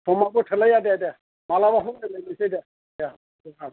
समाबो थोलाया दे दे मालाबाफोर रायज्लायनोसै दे दे दोनबाय दे